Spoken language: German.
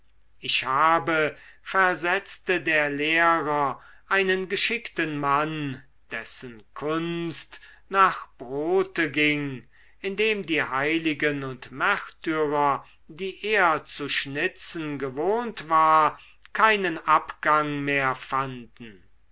ich habe versetzte der lehrer einen geschickten mann dessen kunst nach brote ging indem die heiligen und märtyrer die er zu schnitzen gewohnt war keinen abgang mehr fanden